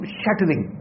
shattering